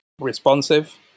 responsive